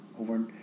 over